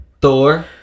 Thor